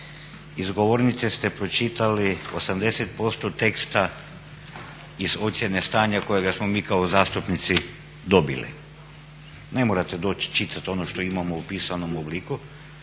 Iz govornice ste pročitali 80% teksta iz ocjene stanja kojega smo mi kao zastupnici dobili. Ne morate doći čitat ono što imamo u pisanom obliku.